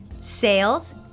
sales